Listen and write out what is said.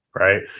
right